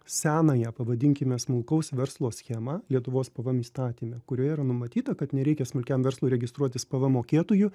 senąją pavadinkime smulkaus verslo schemą lietuvos pvm įstatyme kurioje yra numatyta kad nereikia smulkiam verslui registruotis pvm mokėtoju